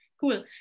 cool